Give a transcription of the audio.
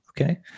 Okay